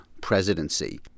presidency